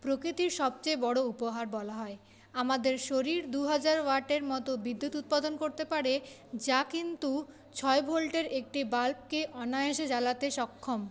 প্রকৃতির সবচেয়ে বড় উপহার বলা হয় আমাদের শরীর দু হাজার ওয়াটের মত বিদ্যুৎ উৎপাদন করতে পারে যা কিন্তু ছয় ভোল্টের একটি বাল্বকে অনায়াসে জ্বালাতে সক্ষম